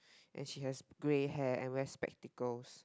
and she has grey hair and wear spectacles